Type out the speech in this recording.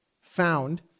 found